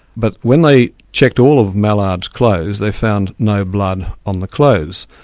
but when they checked all of mallard's clothes, they found no blood on the clothes.